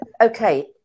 Okay